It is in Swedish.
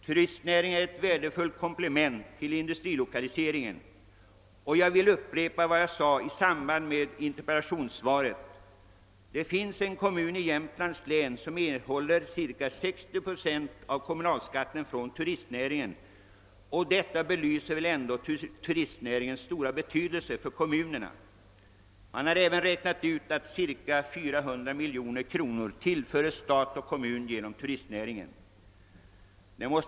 Turistnäringen är ett värdefullt komplement till industrilokaliseringen. Jag vill upprepa vad jag sade i samband med interpellationssvaret. En kommun i Jämtlands län får cirka 60 procent av kommunalskatten från turistnäringen. Det belyser väl turistnäringens stora betydelse för kommunerna. Man har räknat ut att ca 400 miljoner kronor tillförs stat och kommun genom den.